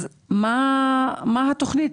מה התכנית?